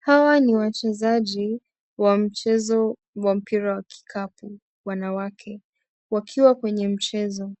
Hawa ni wachezaji wa mchezo wa mpira wa kikapu wanawake wakiwa kwenye mchezo